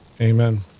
Amen